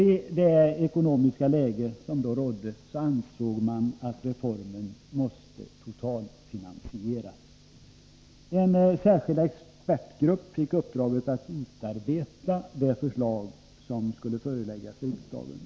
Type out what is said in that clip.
I det ekonomiska läge som då rådde ansåg man att reformen måste totalfinansieras. En särskild expertgrupp fick uppdraget att utarbeta ett förslag som skulle föreläggas riksdagen.